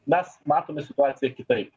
mes matome situaciją kitaip